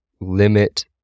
limit